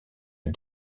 est